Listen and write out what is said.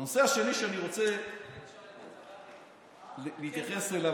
הנושא השני שאני רוצה להתייחס אליו,